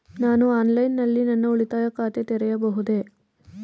ನಾನು ಆನ್ಲೈನ್ ನಲ್ಲಿ ನನ್ನ ಉಳಿತಾಯ ಖಾತೆ ತೆರೆಯಬಹುದೇ?